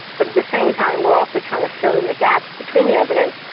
but at the same time we are also trying to fill in the gaps between the evidence.